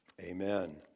Amen